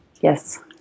Yes